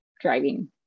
driving